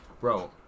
bro